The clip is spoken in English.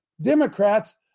Democrats